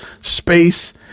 space